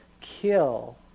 kill